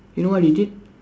you know what he did